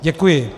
Děkuji.